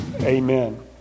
Amen